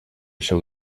seu